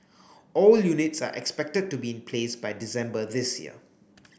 all units are expected to be in place by December this year